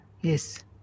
yes